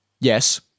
Yes